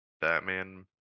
Batman